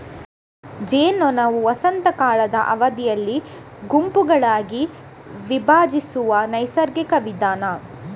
ಜೇನ್ನೊಣವು ವಸಂತ ಕಾಲದ ಅವಧಿಯಲ್ಲಿ ಗುಂಪುಗಳಾಗಿ ವಿಭಜಿಸುವ ನೈಸರ್ಗಿಕ ವಿಧಾನ